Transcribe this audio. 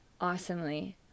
awesomely